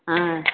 ஆ